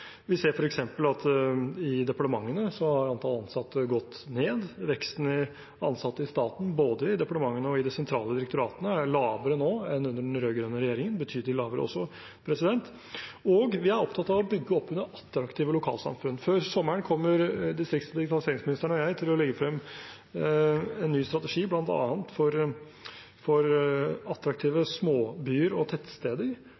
Vi ser f.eks. at i departementene har antall ansatte gått ned. Veksten i ansatte i staten, både i departementene og i de sentrale direktoratene, er lavere nå enn under den rød-grønne regjeringen, betydelig lavere også. Og vi er opptatt av å bygge opp under attraktive lokalsamfunn. Før sommeren kommer distrikts- og digitaliseringsministeren og jeg til å legge frem en ny strategi bl.a. for